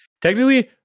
Technically